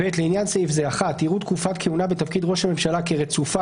(ב) לעניין סעיף זה (1) יראו תקופת כהונה בתפקיד ראש הממשלה כרצופה,